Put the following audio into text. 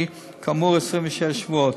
שהיא כאמור 26 שבועות.